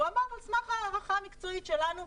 והוא אמר: על סמך ההערכה המקצועית שלנו,